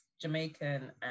Jamaican